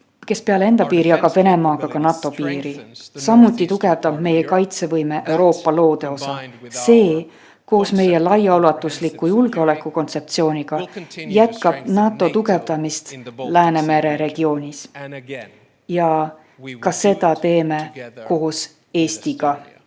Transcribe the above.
kes peale enda piiri jagab Venemaaga ka NATO piiri. Meie kaitsevõime tugevdab Euroopa kirdeosa. See koos meie laiaulatusliku julgeolekukontseptsiooniga jätkab NATO tugevdamist Läänemere regioonis. Ja ka seda teeme koos Eestiga